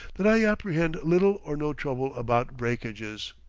that i apprehend little or no trouble about breakages.